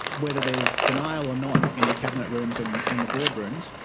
whether there is denial or not in the cabinet rooms and and the boardrooms,